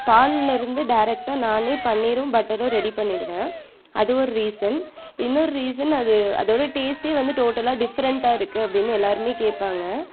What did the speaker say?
பாலில் இருந்து டைரக்டாக நானே பன்னீரும் பட்டரும் ரெடி பண்ணிடுவேன் அது ஒரு ரீசன் இன்னொரு ரீசன் அது அதோட டேஸ்ட் வந்து டோட்டலாக டிஃபரெண்ட்டா இருக்கு அப்படின்னு எல்லாரும் கேட்பாங்க